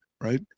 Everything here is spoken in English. Right